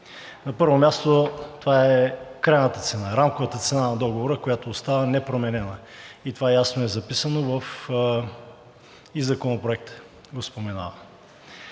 На първо място, това е крайната цена, рамковата цена на договора, която остава непроменена, и това ясно е записано, и Законопроектът го споменава.